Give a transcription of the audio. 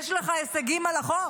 יש לך השגות על החוק?